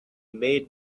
made